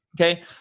okay